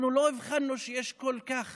אנחנו לא הבחנו שיש כל כך